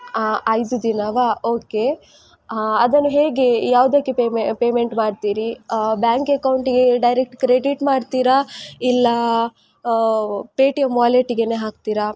ಐದು ದಿನವಾ ಓಕೆ ಅದನ್ನು ಹೇಗೆ ಯಾವುದಕ್ಕೆ ಪೇಮೆ ಪೇಮೆಂಟ್ ಮಾಡ್ತೀರಿ ಬ್ಯಾಂಕ್ ಎಕೌಂಟಿಗೆ ಡೈರೆಕ್ಟ್ ಕ್ರೆಡಿಟ್ ಮಾಡ್ತಿರಾ ಇಲ್ಲ ಪೇ ಟಿ ಎಮ್ ವಾಲೆಟ್ಗೆನೆ ಹಾಕ್ತೀರಾ